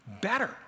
Better